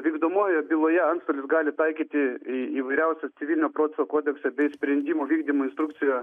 vykdomoje byloje antstolis gali taikyti įvairiausias civilinio proceso kodekse bei sprendimų vykdymo instrukcijoje